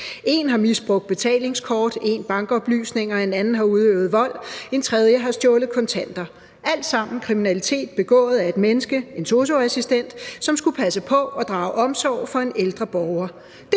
En har misbrugt betalingskort, en anden har misbrugt bankoplysninger, en tredje har udøvet vold, og en fjerde har stjålet kontanter – alt sammen kriminalitet begået af et menneske, en sosu-assistent, som skulle passe på og drage omsorg for en ældre borger.